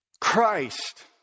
Christ